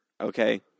okay